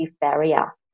barrier